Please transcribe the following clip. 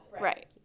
Right